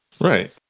right